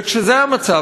וכשזה המצב,